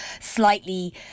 slightly